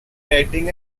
writing